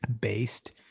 based